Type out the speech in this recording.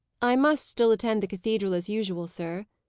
i must still attend the cathedral as usual, sir,